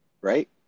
Right